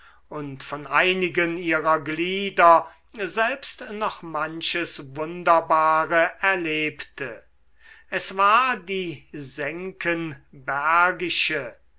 und von einigen ihrer glieder selbst noch manches wunderbare erlebte es war die